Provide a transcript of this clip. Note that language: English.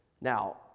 Now